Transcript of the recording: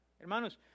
Hermanos